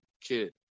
kid